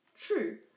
True